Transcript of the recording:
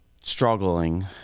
struggling